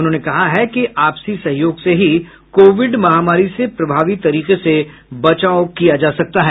उन्होंने कहा है कि आपसी सहयोग से ही कोविड महामारी से प्रभावी तरीके से बचाव किया जा सकता है